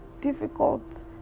difficult